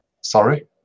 Sorry